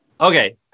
Okay